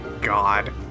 God